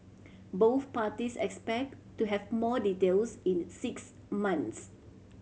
both parties expect to have more details in six months